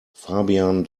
fabian